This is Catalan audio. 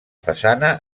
façana